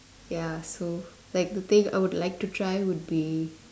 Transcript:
ya so like the thing I would like to try would be